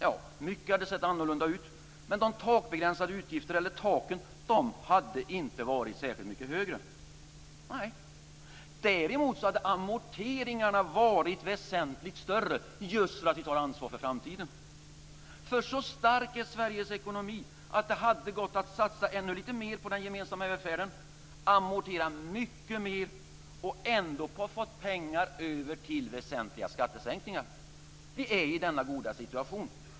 Ja, mycket hade sett annorlunda ut, men de takbegränsade utgifterna eller taken hade inte varit särskilt mycket högre. Däremot hade amorteringarna varit väsentligt större, just för att vi tar ansvar för framtiden. Så stark är Sveriges ekonomi att det hade gått att satsa ännu lite mer på den gemensamma välfärden, amortera mycket mer, och ändå få pengar över till väsentliga skattesänkningar. Vi är i denna goda situation.